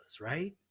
right